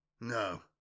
No